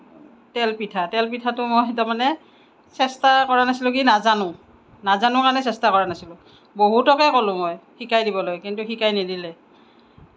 তেল পিঠা তেল পিঠাটো মই তাৰমানে চেষ্টা কৰা নাছিলোঁ কি নাজানোঁ নাজানোঁ কাৰণে চেষ্টা কৰা নাছিলোঁ বহুতকে ক'লোঁ মই শিকাই দিবলৈ কিন্তু শিকাই নিদিলে